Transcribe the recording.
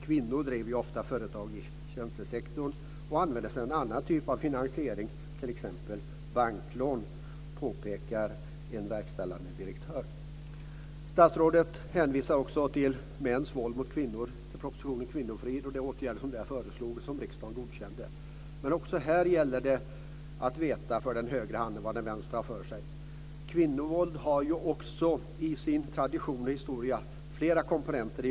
"Kvinnor driver ofta företag i tjänstesektorn och använder sig av en annan typ av finansiering, till exempel banklån", påpekar en verkställande direktör enligt samma morgontidning. Statsrådet hänvisar beträffande mäns våld mot kvinnor också till propositionen Kvinnofrid och till de åtgärder som där föreslagits och som riksdagen godkänt. Men även här gäller det för den högra handen att veta vad den vänstra har för sig. Kvinnovåldet har ju också i sin tradition och historia med flera komponenter.